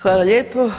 Hvala lijepo.